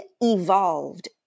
evolved